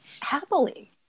happily